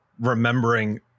remembering